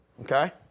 Okay